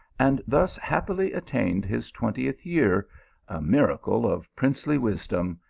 and thus happily attained his twentieth year, a miracle of princely wisdom,